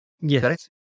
Yes